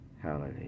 Hallelujah